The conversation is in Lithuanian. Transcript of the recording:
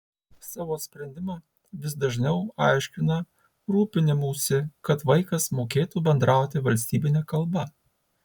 savo sprendimą vis dažniau aiškina rūpinimųsi kad vaikas mokėtų bendrauti valstybine kalba